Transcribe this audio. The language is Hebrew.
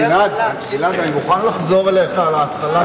גלעד, אני מוכן לחזור אליך על ההתחלה.